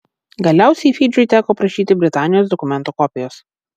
galiausiai fidžiui teko prašyti britanijos dokumento kopijos